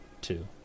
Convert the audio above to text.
two